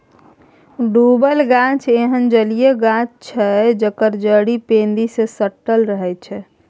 डुबल गाछ एहन जलीय गाछ छै जकर जड़ि पैंदी सँ सटल रहै छै